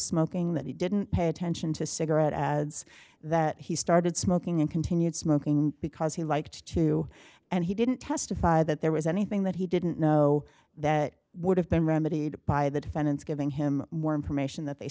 smoking that he didn't pay attention to cigarette ads that he started smoking and continued smoking because he liked to and he didn't testify that there was anything that he didn't know that would have been remedied by the defendants giving him more information that they